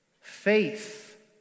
Faith